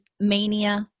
mania